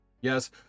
Yes